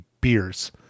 beers